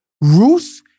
Ruth